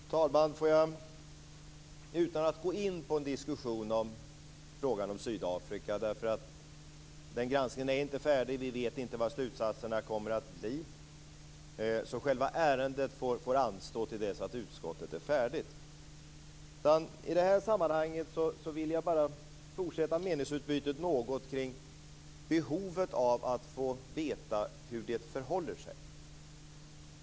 Fru talman! Utan att gå in på en diskussion om frågan om Sydafrika - den granskningen är inte färdig, vi vet inte vad slutsatserna kommer att bli, och ärendet får anstå till dess utskottet är färdigt - vill jag i det här sammanhanget fortsätta meningsutbytet något kring behovet av att få veta hur det förhåller sig.